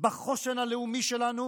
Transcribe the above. בחוסן הלאומי שלנו